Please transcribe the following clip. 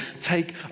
Take